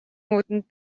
үүдэнд